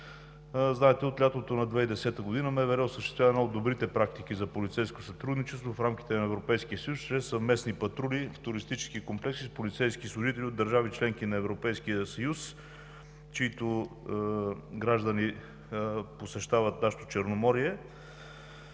Знаете, че от лятото на 2010 г. МВР осъществява една от добрите практики за полицейско сътрудничество в рамките на Европейския съюз чрез съвместни патрули в туристически комплекси с полицейски служители от държави – членки на Европейския съюз, чиито граждани посещават нашето Черноморие,